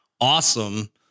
awesome